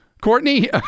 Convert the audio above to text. Courtney